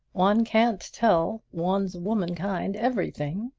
one can't tell one's womenkind everything!